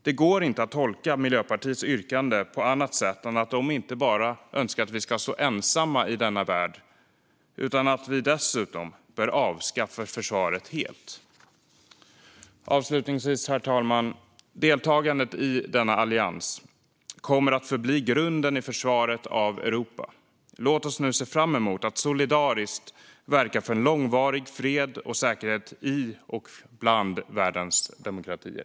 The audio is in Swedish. Det går inte att tolka Miljöpartiets yrkande på annat sätt än att de inte bara önskar att vi ska stå ensamma i denna värld utan att vi dessutom bör avskaffa försvaret helt. Herr talman! Deltagandet i denna allians kommer att förbli grunden i försvaret av Europa. Låt oss nu se fram emot att solidariskt verka för långvarig fred och säkerhet i och bland världens demokratier.